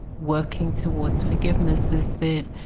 working towards forgiveness is that